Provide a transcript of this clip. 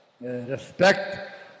respect